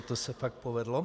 To se fakt povedlo.